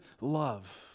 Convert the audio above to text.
love